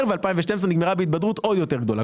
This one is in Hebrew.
ו-2012 נגמרה בהתבדרות עוד יותר גדולה.